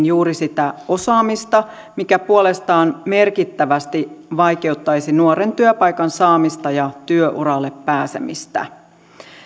juuri sitä osaamista mikä puolestaan merkittävästi vaikeuttaisi nuoren työpaikan saamista ja työuralle pääsemistä